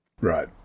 Right